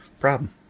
problem